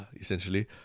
essentially